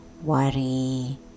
worry